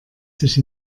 sich